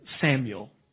Samuel